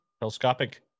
telescopic